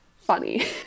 funny